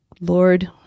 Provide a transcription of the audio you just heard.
Lord